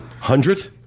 hundred